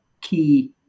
key